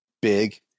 big